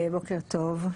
בוקר טוב.